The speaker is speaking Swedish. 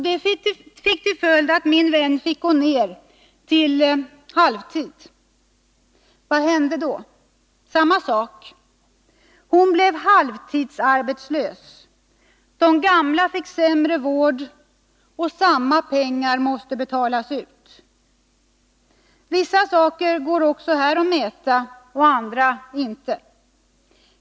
Det fick till följd att min vän fick gå ned till halvtid. Vad hände då? Samma sak: Hon blev halvtidsarbetslös, de gamla fick sämre vård, men samma pengar måste betalas ut. Vissa saker går också här att mäta och andra inte.